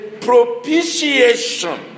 propitiation